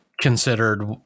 considered